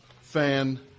fan